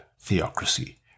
theocracy